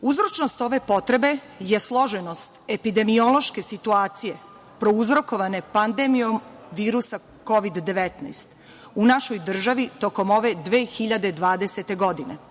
Uzročnost ove potrebe je složenost epidemiološke situacije prouzrokovane pandemijom virusa Kovid 19 u našoj državi tokom ove 2020. godine.